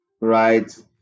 right